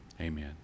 Amen